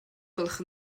gwelwch